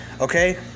Okay